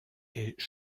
est